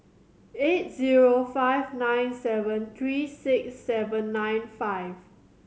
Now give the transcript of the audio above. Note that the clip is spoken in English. eight zero five nine seven three six seven nine five